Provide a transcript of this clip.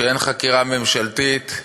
שאין חקירה משטרתית,